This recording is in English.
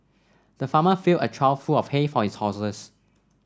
the farmer filled a trough full of hay for his horses